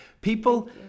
People